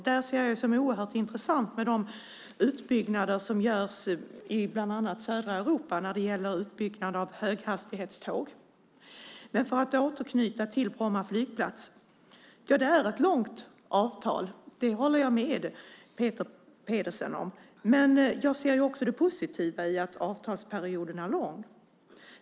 Där ser jag det som oerhört intressant med den utbyggnad som görs i bland annat södra Europa när det gäller höghastighetståg. För att återknyta till Bromma flygplats: Det är ett långt avtal. Det håller jag med Peter Pedersen om. Men jag ser också det positiva i att avtalsperioden är lång.